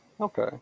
Okay